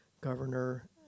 governor